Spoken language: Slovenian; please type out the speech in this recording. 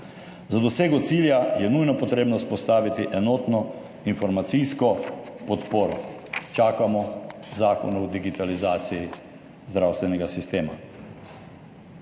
Za dosego cilja je nujno treba vzpostaviti enotno informacijsko podporo. Čakamo zakon o digitalizaciji zdravstvenega sistema.